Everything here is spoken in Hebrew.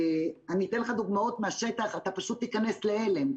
אני אתן לך דוגמאות מהשטח, אתה פשוט תיכנס להלם.